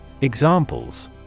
Examples